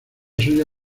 suya